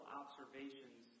observations